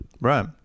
Right